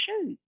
shoes